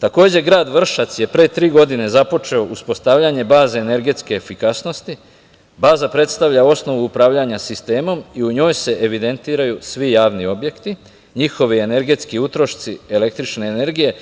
Takođe, grad Vršac je pre tri godine započeo uspostavljanje baze energetske efikasnosti, baza predstavlja osnovu upravljanja sistemom i u njoj se evidentiraju svi javni objekti, njihovi energetski utrošci električne energije,